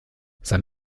sein